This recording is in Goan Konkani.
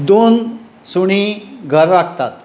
दोन सुणीं घर राखतात